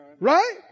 Right